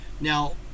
Now